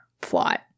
plot